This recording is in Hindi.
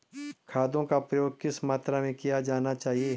खादों का प्रयोग किस मात्रा में किया जाना चाहिए?